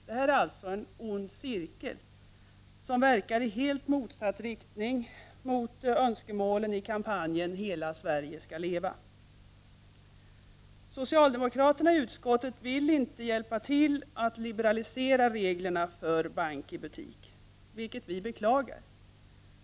Det är alltså en ond cirkel som verkar i helt motsatt riktning mot önskemålen i kampanjen Hela Sverige ska leva! Socialdemokraterna i utskottet vill inte hjälpa till att liberalisera reglerna för ”bank i butik”, vilket vi beklagar.